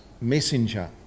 messenger